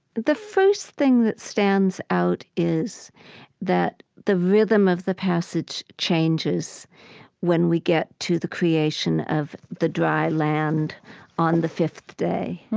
the first thing that stands out is that the rhythm of the passage changes when we get to the creation of the dry land on the fifth day.